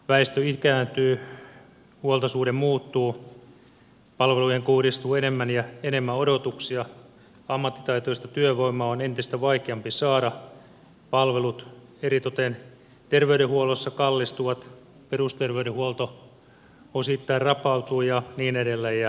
väestö ikääntyy huoltosuhde muuttuu palveluihin kohdistuu enemmän ja enemmän odotuksia ammattitaitoista työvoimaa on entistä vaikeampi saada palvelut eritoten terveydenhuollossa kallistuvat perusterveydenhuolto osittain rapautuu ja niin edelleen ja niin edelleen